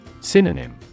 Synonym